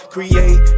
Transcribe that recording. Create